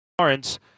Lawrence